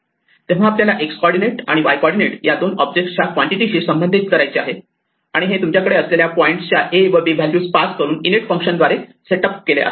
तेव्हा आपल्याला X coordinate आणि Y कॉर्डीनेट या दोन ऑब्जेक्ट च्या क्वांटिटीशी संबंधित करायचे आहे आणि हे तुमच्याकडे असलेल्या पॉईंटच्या a व b व्हॅल्यूज पास करून इन इट फंक्शन च्या द्वारे सेट अप केले आहे